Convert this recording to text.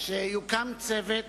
שיוקם צוות